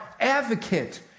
advocate